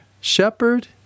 shepherd